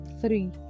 Three